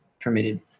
permitted